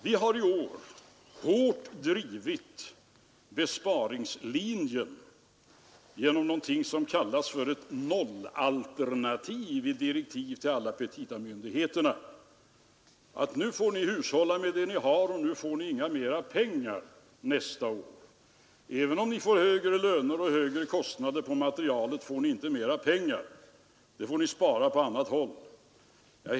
Vi har i år hårt drivit besparingslinjen genom någonting som kallas för ett nollalternativ i direktiven till alla petitamyndigheterna. Vi har sagt att de får hushålla med vad de har, ty de får inte mera pengar nästa år trots högre löner och högre materialkostnader. Det gäller att i stället spara på annat håll.